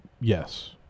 Yes